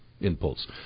impulse